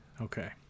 Okay